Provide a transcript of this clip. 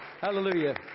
Hallelujah